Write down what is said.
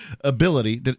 ability